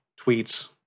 tweets